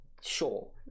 Sure